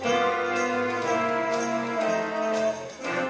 yeah yeah